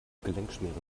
gelenkschmiere